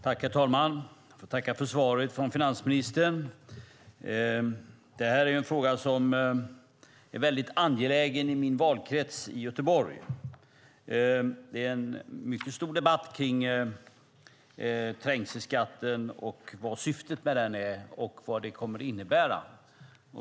Herr talman! Jag får tacka för svaret från finansministern. Det här är en fråga som är väldigt angelägen i min valkrets i Göteborg. Det är en mycket stor debatt om trängselskatten, vad syftet med den är och vad den kommer att innebära.